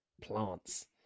plants